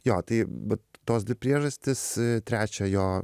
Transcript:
jo tai vat tos dvi priežastys trečia jo